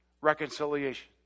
reconciliation